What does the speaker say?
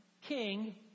king